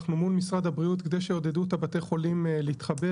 אנחנו מול מורד הבריאות כדי שיעודדו את בתי החולים להתחבר.